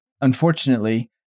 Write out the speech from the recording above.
unfortunately